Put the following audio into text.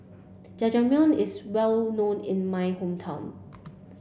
Jajangmyeon is well known in my hometown